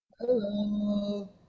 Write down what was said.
Hello